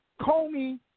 Comey